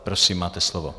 Prosím, máte slovo.